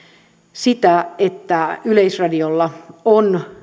sitä että yleisradiolla on